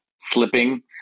slipping